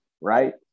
right